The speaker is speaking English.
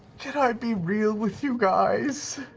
can i be real with you guys?